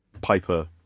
Piper